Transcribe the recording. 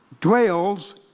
dwells